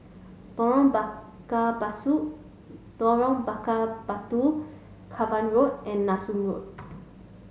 Lorong Bakar Basu Lorong Bakar Batu Cavan Road and Nanson Road